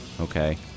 Okay